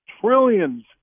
trillions